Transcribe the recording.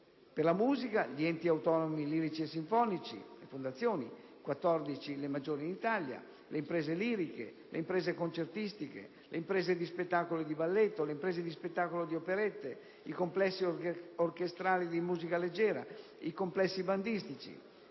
per la musica, gli enti autonomi lirici e sinfonici, cioè le fondazioni (14 le maggiori in Italia), le imprese liriche, le imprese concertistiche, le imprese di spettacolo e di balletto, le imprese di spettacolo di operette, i complessi orchestrali di musica leggera, i complessi bandistici;